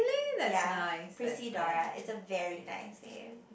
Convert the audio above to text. ya Prisydora it's a very nice name